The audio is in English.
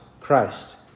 Christ